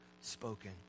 spoken